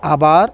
అబార్